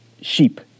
sheep